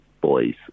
boys